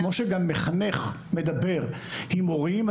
כמו שמחנך מדבר עם הורים,